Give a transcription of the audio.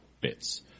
bits